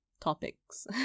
topics